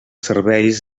serveis